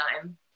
time